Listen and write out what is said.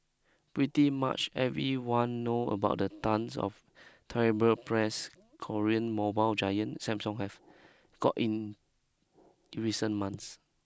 pretty much everyone know about the tonnes of terrible press Korean mobile giant Samsung has gotten in in recent months